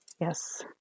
Yes